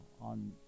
on